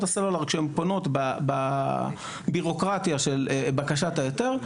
הסלולר כשהן פונות בביורוקרטיה של בקשת ההיתר,